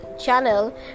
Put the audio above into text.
Channel